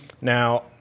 Now